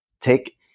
take